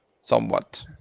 somewhat